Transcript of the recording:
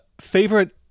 favorite